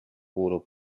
kuulub